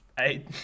Eight